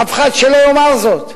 אף אחד שלא יאמר זאת.